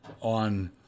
on